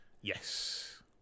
Yes